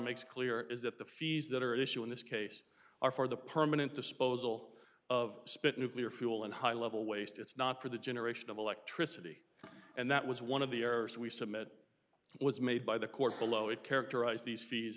makes clear is that the fees that are at issue in this case are for the permanent disposal of spent nuclear fuel and high level waste it's not for the generation of electricity and that was one of the errors we submit was made by the court below it characterized these fees